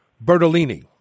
Bertolini